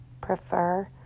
prefer